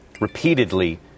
repeatedly